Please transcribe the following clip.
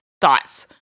thoughts